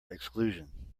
exclusion